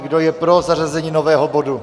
Kdo je pro zařazení nového bodu?